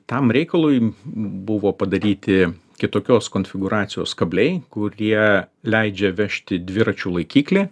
tam reikalui buvo padaryti kitokios konfigūracijos kabliai kurie leidžia vežti dviračių laikiklį